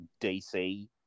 DC